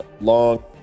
long